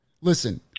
listen